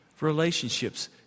relationships